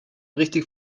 richtig